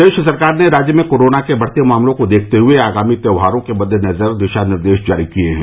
प्रदेश सरकार ने राज्य में कोरोना के बढ़ते मामलों को देखते हुए आगामी त्योहारो के मद्देनजर दिशा निर्देश जारी किए हैं